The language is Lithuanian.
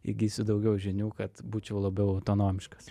įgysiu daugiau žinių kad būčiau labiau autonomiškas